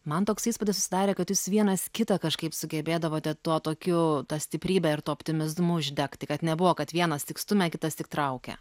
man toks įspūdis susidarė kad jūs vienas kitą kažkaip sugebėdavote tuo tokiu ta stiprybe ir to optimizmu uždegti kad nebuvo kad vienas tik stumia kitas tik traukia